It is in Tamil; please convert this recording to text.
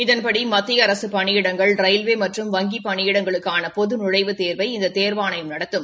இதன்படி மத்திய அரசு பணியிடங்கள் ரயில்வே மற்றும் வங்கி பணியிடங்களுக்கான பொது நுழைவுத் தோ்வினை இந்த தோ்வாணையம் நடத்தும்